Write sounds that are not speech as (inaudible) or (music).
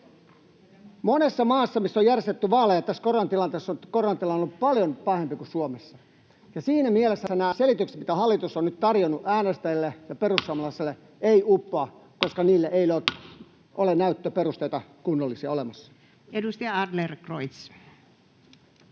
Monessa maassa, missä on järjestetty vaaleja tässä koronatilanteessa, on koronatilanne ollut paljon pahempi kuin Suomessa. Siinä mielessä nämä selitykset, mitä hallitus on nyt tarjonnut äänestäjille ja perussuomalaisille, (noise) eivät uppoa, koska niille ei ole kunnollisia näyttöperusteita olemassa. Edustaja Adlercreutz.